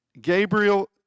Gabriel